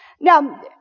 Now